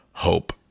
Hope